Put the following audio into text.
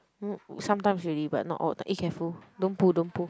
sometimes already but not all eh careful don't pull don't pull